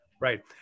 Right